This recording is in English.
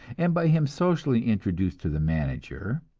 and by him socially introduced to the manager,